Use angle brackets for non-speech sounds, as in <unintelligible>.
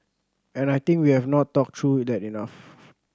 and I think we have not talked through <unintelligible> that enough